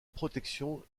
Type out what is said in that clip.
protection